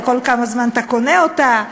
וכל כמה זמן אתה קונה אותה,